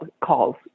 calls